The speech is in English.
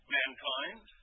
mankind